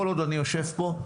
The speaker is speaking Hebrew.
כל עוד אני יושב פה,